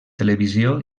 televisió